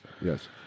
Yes